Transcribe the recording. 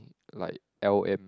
like L_M~